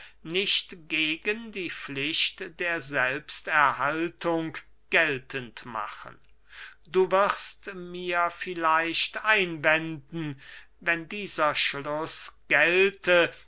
nicht gegen die pflicht der selbsterhaltung geltend machen du wirst mir vielleicht einwenden wenn dieser schluß gelte